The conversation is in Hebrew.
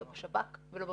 לא בשב"כ ולא במוסד.